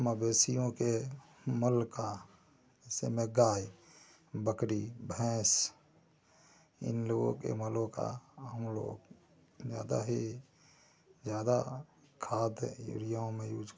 मवेशियों के मल का जैसे में गाय बकरी भैंस इन लोगों के मलों का हम लोग ज़्यादा ही ज़्यादा खाद यूरियाओं में यूज करते हैं